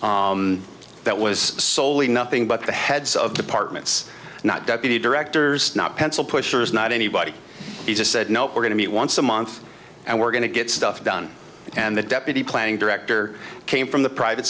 force that was soley nothing but the heads of departments not deputy directors not pencil pushers not anybody he just said no we're going to meet once a month and we're going to get stuff done and the deputy planning director came from the private